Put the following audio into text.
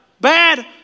bad